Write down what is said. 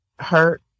hurt